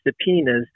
subpoenas